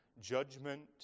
judgment